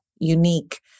unique